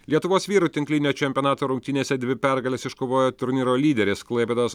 lietuvos vyrų tinklinio čempionato rungtynėse dvi pergales iškovojo turnyro lyderės klaipėdos